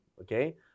okay